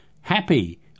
happy